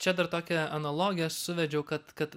čia dar tokią analogiją suvedžiau kad kad